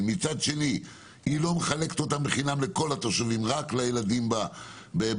ומצד שני היא לא מחלקת אותן בחינם לכל התושבים - רק לילדים בחינוך.